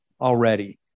already